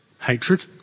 hatred